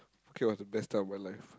Phuket was the best time of my life